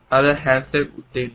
তাদের হ্যান্ডশেক উদ্বিগ্ন